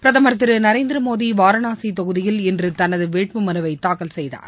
பிரதமர் திருநரேந்திரமோடிவாரணாசிதொகுதியில் இன்றுதமதுவேட்புமனுவைதாக்கல் செய்தார்